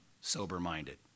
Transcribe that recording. sober-minded